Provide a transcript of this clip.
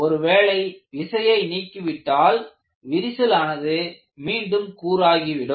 ஒருவேளை விசையை நீக்கிவிட்டால் விரிசலானது மீண்டும் கூராகிவிடும்